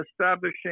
establishing